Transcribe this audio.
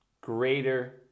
greater